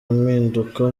impinduka